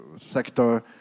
sector